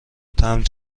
تمبر